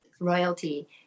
royalty